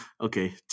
Okay